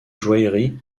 joaillerie